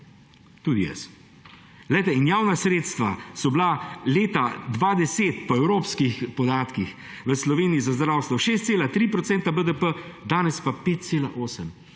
Tudi jaz. Javna sredstva so bila leta 2010 po evropskih podatkih v Sloveniji za zdravstvo 6,3 % BDP, danes pa 5,8